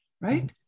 right